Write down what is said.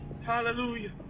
Hallelujah